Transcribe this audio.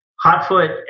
Hotfoot